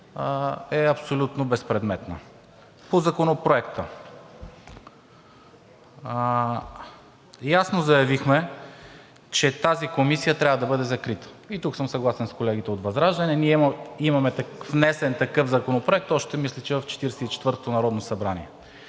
е абсолютно безпредметна. По Законопроекта. Ясно заявихме, че тази комисия трябва да бъде закрита и тук съм съгласен с колегите от ВЪЗРАЖДАНЕ. Ние имаме внесен такъв законопроект още мисля, че в 44-тото народно събрание.